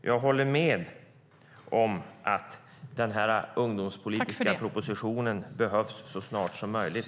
Jag håller med om att den ungdomspolitiska propositionen behövs så snart som möjligt.